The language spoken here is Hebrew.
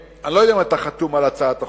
אני לא יודע אם אתה חתום על הצעת החוק,